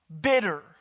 bitter